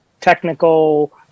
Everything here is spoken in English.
technical